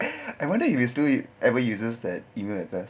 I wonder if you still ever uses that email address